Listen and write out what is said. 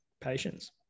patients